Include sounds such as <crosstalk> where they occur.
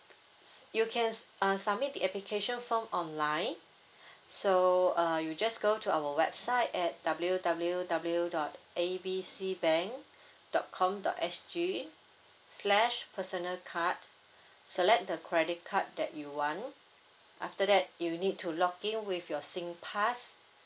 s~ you can uh submit the application form online <breath> so uh you just go to our website at W W W dot A B C bank dot com dot S G slash personal card select the credit card that you want after that you need to log in with your singpass